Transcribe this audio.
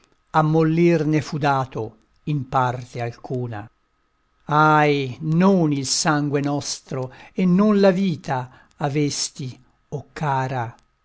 ammollir ne fu dato in parte alcuna ahi non il sangue nostro e non la vita avesti o cara